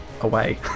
away